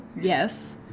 Yes